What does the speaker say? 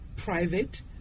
private